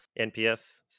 nps